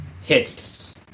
hits